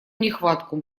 нехватку